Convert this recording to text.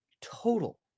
total